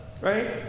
right